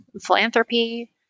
philanthropy